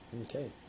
Okay